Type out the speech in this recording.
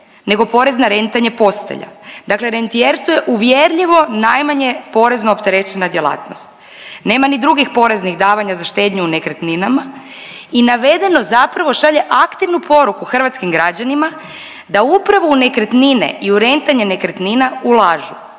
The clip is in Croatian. nego porez na rentanje postelja. Dakle, rentijerstvo je uvjerljivo najmanje porezno opterećena djelatnost. Nema ni drugih poreznih davanja za štednju u nekretninama i navedeno zapravo šalje aktivnu poruku hrvatskim građanima da upravo u nekretnine i u rentanje nekretnina ulažu